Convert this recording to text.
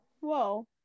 Whoa